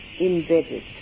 embedded